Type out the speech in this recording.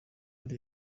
ari